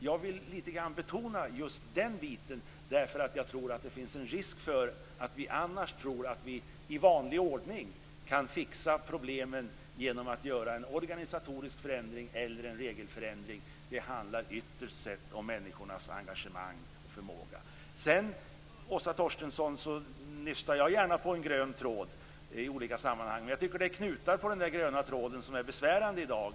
Jag vill betona just den biten därför att jag tror att det finns en risk för att vi annars tror att vi i vanlig ordning kan lösa problemen genom en organisatorisk förändring eller en regelförändring. Det handlar ytterst om människornas engagemang och förmåga. Jag nystar gärna på en grön tråd i olika sammanhang, Åsa Torstensson, men jag tycker att det är knutar på den gröna tråden som är besvärande i dag.